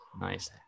Nice